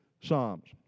Psalms